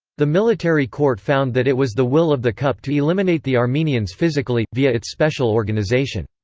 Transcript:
the military court found that it was the will of the cup to eliminate the armenians physically, via its special organization.